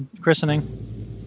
christening